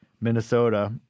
Minnesota